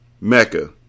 Mecca